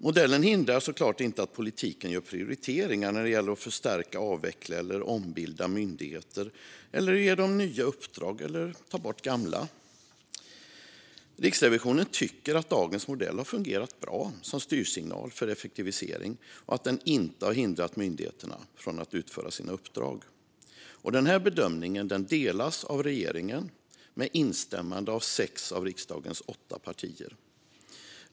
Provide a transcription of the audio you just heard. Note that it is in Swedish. Modellen hindrar naturligtvis inte att politiken gör prioriteringar när det gäller att förstärka, avveckla eller ombilda myndigheter och ge dem nya uppdrag eller ta bort gamla. Riksrevisionen tycker att dagens modell har fungerat bra som styrsignal för effektivisering och att den inte har hindrat myndigheterna från att utföra sina uppdrag. Den bedömningen delas av regeringen med instämmande av sex av riksdagens åtta partier.